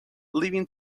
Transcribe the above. leaving